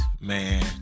Man